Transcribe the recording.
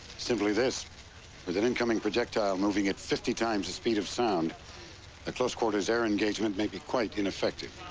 simply this with an incoming projectile moving at fifty times the speed of sound a close-quarters air engagement may be quite ineffective.